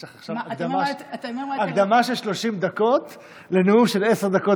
יש לך עכשיו הקדמה של 30 דקות לנאום של עשר דקות